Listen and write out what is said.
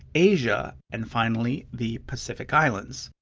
asia, and finally the pacific islands.